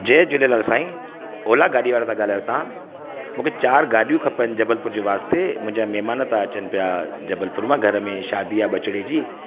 जय झूलेलाल साईं ओला गाॾी वारो तव्हां मूंखे चार गाॾियूं खपनि जबलपुर जे वास्ते मुंहिंजा महिमान था अचनि पिया जबलपुर मां घर में शादी आहे ॿचिड़े जी